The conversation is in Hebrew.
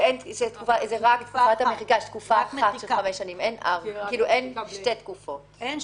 יש תקופה אחת של חמש שנים, אין שתי תקופות.